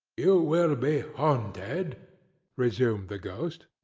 you will be haunted, resumed the ghost,